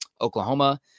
Oklahoma